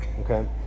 Okay